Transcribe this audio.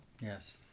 Yes